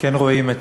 כן רואים את